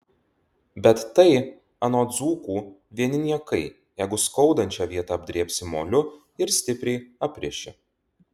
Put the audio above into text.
bet tai anot dzūkų vieni niekai jeigu skaudančią vietą apdrėbsi moliu ir stipriai apriši